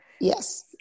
Yes